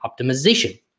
optimization